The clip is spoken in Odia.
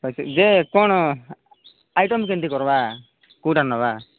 ଆସିକି ଇଏ କ'ଣ ଆଇଟମ୍ କେମିତି କରବା କେଉଁଟା ନେବା